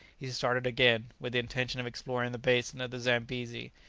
he started again, with the intention of exploring the basin of the zambesi,